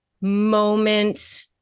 moment